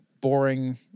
boring